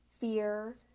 fear